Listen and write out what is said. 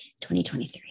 2023